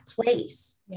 place